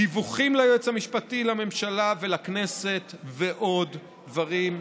דיווחים ליועץ המשפטי לממשלה ולכנסת ועוד דברים.